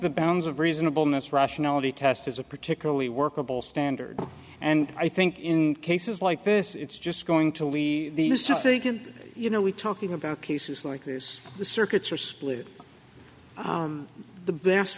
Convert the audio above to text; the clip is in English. the bounds of reasonableness rational the test is a particularly workable standard and i think in cases like this it's just going to leave the stuff thinking you know we talking about cases like this the circuits are split the vast